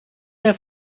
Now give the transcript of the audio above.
mehr